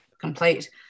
complete